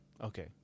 Okay